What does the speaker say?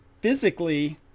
physically